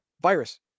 Virus